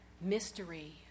mystery